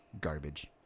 garbage